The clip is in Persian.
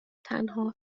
تنها